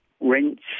Rents